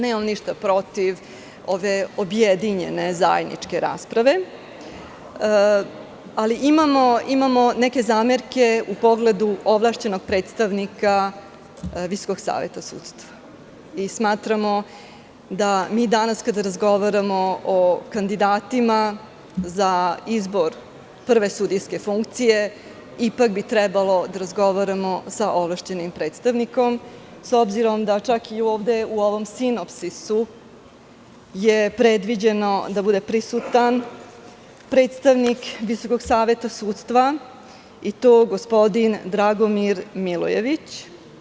Nemamo ništa protiv ove objedinjene zajedničke rasprave, ali imamo neke zamerke u pogledu ovlašćenog predstavnika Visokog saveta sudstva i smatramo da mi danas, kada razgovaramo o kandidatima za izbor prve sudijske funkcije, ipak bi trebalo da razgovaramo sa ovlašćenim predstavnikom, s obzirom da čak i ovde, u ovom sinopsisu, je predviđeno da bude prisutan predstavnik Visokog saveta sudstva i to gospodin Dragomir Milojević.